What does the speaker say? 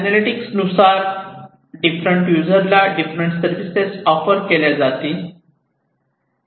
analytics नुसार different युजरला different services offer केल्या जातील